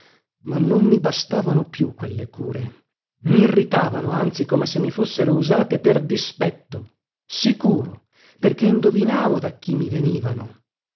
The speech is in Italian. ma non mi bastavano più quelle cure mirritavano anzi come se mi fossero usate per dispetto sicuro perché indovinavo da chi mi venivano